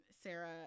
Sarah